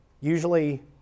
Usually